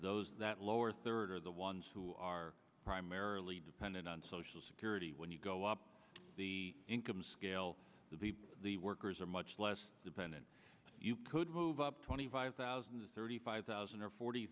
those that lower third are the ones who are primarily dependent on social security when you go up the income scale to be the workers are much less dependent you could move up twenty five thousand to thirty five thousand or forty